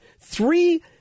three